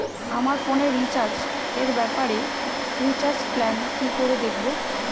আমার ফোনে রিচার্জ এর ব্যাপারে রিচার্জ প্ল্যান কি করে দেখবো?